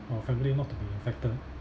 our family not to be affected